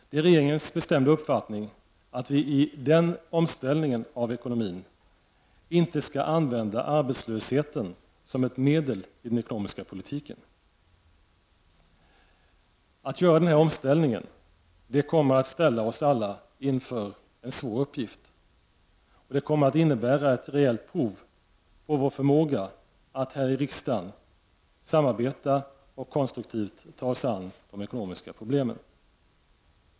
Det är regeringens bestämda uppfattning att vi i den omställningen av ekonomin inte skall använda arbetslösheten som ett medel i den ekonomiska politiken. När vi gör denna omställning kommer vi alla att ställas inför en svår uppgift. Det kommer att innebära ett rejält prov på vår förmåga att här i riksdagen samarbeta och konstruktivt ta oss an de ekonomiska problemen.